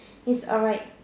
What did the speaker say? it's alright